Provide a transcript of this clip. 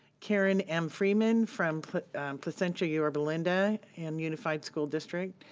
karen m. freeman from placentia yorba linda and unified school district.